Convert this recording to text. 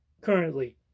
currently